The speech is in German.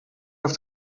auf